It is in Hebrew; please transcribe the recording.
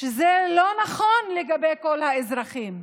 שזה לא נכון לגבי כל האזרחים.